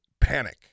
Panic